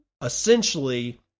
essentially